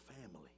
family